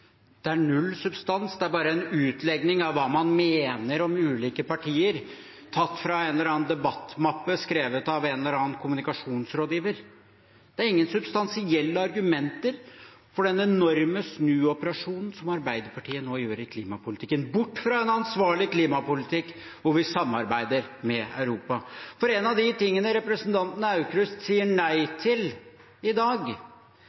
Det er null substans. Det er bare en utlegning av hva man mener om ulike partier, tatt fra en eller annen debattmappe skrevet av en eller annen kommunikasjonsrådgiver. Det er ingen substansielle argumenter for den enorme snuoperasjonen som Arbeiderpartiet nå gjør i klimapolitikken, bort fra en ansvarlig klimapolitikk hvor vi samarbeider med Europa. For en av de tingene representanten Aukrust sier nei til i dag,